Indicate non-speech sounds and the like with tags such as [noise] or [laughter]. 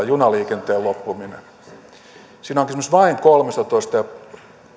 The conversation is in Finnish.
[unintelligible] junaliikenteen loppuminen siinä on kysymys vain kolmestatoista